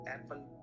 Apple